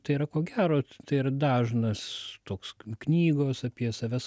tai yra ko gero tai yra dažnas toks knygos apie savęs